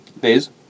Biz